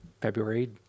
February